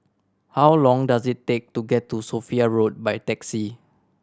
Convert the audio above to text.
how long does it take to get to Sophia Road by taxi